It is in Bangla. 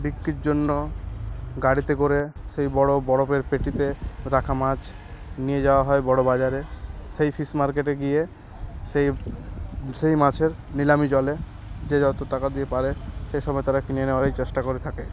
বিক্রির জন্য গাড়িতে করে সেই বড়ো বরফের পেটিতে রাখা মাছ নিয়ে যাওয়া হয় বড়ো বাজারে সেই ফিশ মার্কেটে গিয়ে সেই সেই মাছের নিলামি চলে যে যত টাকা দিয়ে পারে সেই সময় তারা কিনে নেওয়ারই চেষ্টা করে থাকে